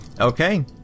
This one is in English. Okay